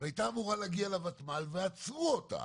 והייתה אמורה להגיע לוותמ"ל ועצרו אותה.